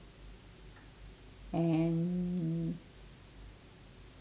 and